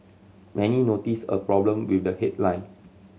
many noticed a problem with the headline